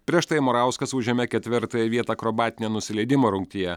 prieš tai morauskas užėmė ketvirtąją vietą akrobatinio nusileidimo rungtyje